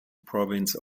province